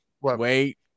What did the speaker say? wait